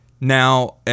now